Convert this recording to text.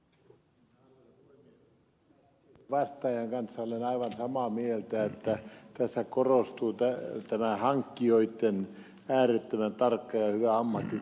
äskeisen puhujan kanssa olen aivan samaa mieltä että tässä korostuu hankkijoitten äärettömän tärkeä yaman